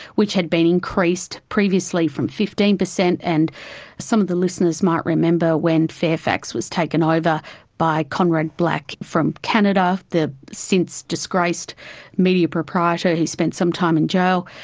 which had been increased previously from fifteen percent, and some of the listeners might remember when fairfax was taken over by conrad black from canada, the since disgraced media proprietor, who spent some time in jail,